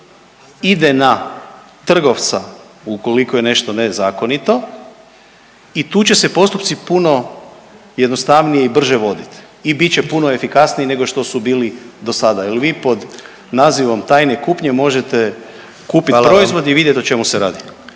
ide na trgovca ukoliko je nešto nezakonito i tu će se postupci puno jednostavnije i brže voditi i bit će puno efikasniji nego što su bili do sada jer vi pod nazivom tajne kupnje možete kupiti proizvod i vidjeti o čemu se radi.